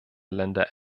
länder